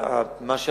לא יהיו עוד בדיקות,